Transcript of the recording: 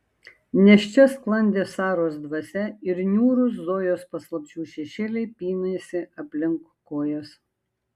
nes čia sklandė saros dvasia ir niūrūs zojos paslapčių šešėliai pynėsi aplink kojas